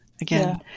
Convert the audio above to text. again